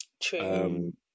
True